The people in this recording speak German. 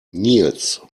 nils